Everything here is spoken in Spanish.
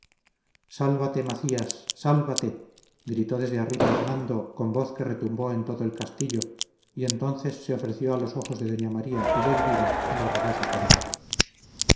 sálvate macías sálvate gritó desde arriba hernando con voz que retumbó en todo el castillo y entonces se ofreció a los ojos de doña maría y de elvira el horroroso combate